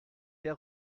der